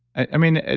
i mean,